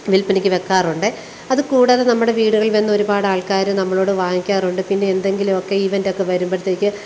വില്പനയ്ക്ക് വെക്കാറുണ്ട് അതുകൂടാതെ നമ്മുടെ വീടുകളിൽ വന്ന് ഒരുപാട് ആൾക്കാർ നമ്മളോട് വാങ്ങിക്കാറുണ്ട് പിന്നെ എന്തെങ്കിലുമൊക്കെ ഇവെന്റ് ഒക്കെ വരുമ്പോഴത്തേക്ക്